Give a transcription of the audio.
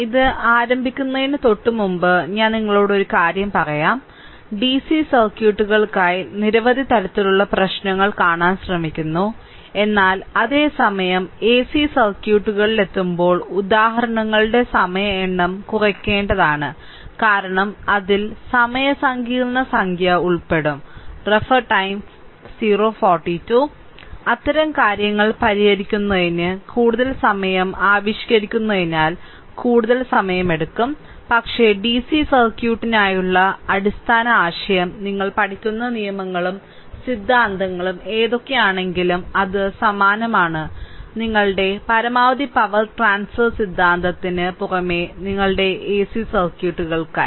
ഇത് ആരംഭിക്കുന്നതിന് തൊട്ടുമുമ്പ് ഞാൻ നിങ്ങളോട് ഒരു കാര്യം പറയാം DC സർക്യൂട്ടുകൾക്കായി നിരവധി തരത്തിലുള്ള പ്രശ്നങ്ങൾ കാണാൻ ശ്രമിക്കുന്നു എന്നാൽ അതേ സമയം AC സർക്യൂട്ടുകളിൽ എത്തുമ്പോൾ ഉദാഹരണങ്ങളുടെ സമയ എണ്ണം കുറയ്ക്കേണ്ടതാണ് കാരണം അതിൽ സമയ സങ്കീർണ്ണ സംഖ്യ ഉൾപ്പെടും അത്തരം കാര്യങ്ങൾ പരിഹരിക്കുന്നതിന് കൂടുതൽ സമയം ആവിഷ്കരിക്കുന്നതിനാൽ കൂടുതൽ സമയമെടുക്കും പക്ഷേ DC സർക്യൂട്ടിനായുള്ള അടിസ്ഥാന ആശയം നിങ്ങൾ പഠിക്കുന്ന നിയമങ്ങളും സിദ്ധാന്തങ്ങളും ഏതൊക്കെയാണെങ്കിലും അത് സമാനമാണ് നിങ്ങളുടെ പരമാവധി പവർ ട്രാൻസ്ഫർ സിദ്ധാന്തത്തിന് പുറമെ നിങ്ങളുടെ AC സർക്യൂട്ടുകൾക്കായി